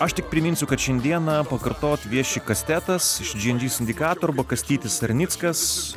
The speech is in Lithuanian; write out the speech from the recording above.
aš tik priminsiu kad šiandieną pakartot vieši kastetas iš džy en džy sindikato arba kastytis sarnickas